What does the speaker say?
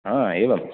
आ एवं